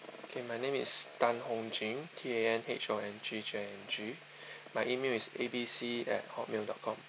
okay my name is tan hong jing T A N H O N G J I N G my email is A B C at Hotmail dot com